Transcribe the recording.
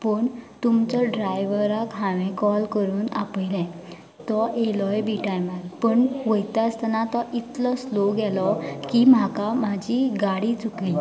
पूण तुमचो ड्रायवराक हांवें काॅल करून आपयलें तो येयलोय बी टायमार पूण वयता आसतना तो इतलो स्लो गेलो की म्हाका म्हाजी गाडी चुकली